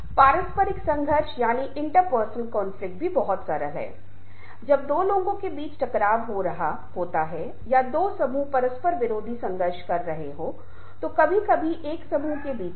दिलचस्प बात यह है कि आप देखते हैं कि हमें परिवर्तन की बुध्दिवादी अवधारणा की याद दिलाने के लिए वापस लाता है क्योंकि उन्होंने हमें बताया कि हर चीज अनस्थिर है और नित्य बदल रहा है